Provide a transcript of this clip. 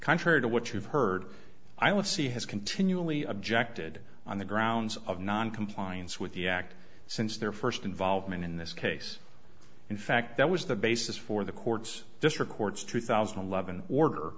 contrary to what you've heard i would see has continually objected on the grounds of noncompliance with the act since their first involvement in this case in fact that was the basis for the court's district court's two thousand and eleven order